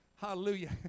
Hallelujah